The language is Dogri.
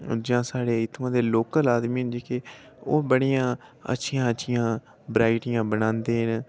जां साढ़े इत्थुआं दे लोकल आदमी न जेह्के ओह् बड़ियां अच्छियां अच्छियां बैराइटियांं बनांदे न